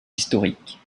historiques